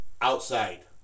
outside